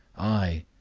i,